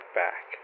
back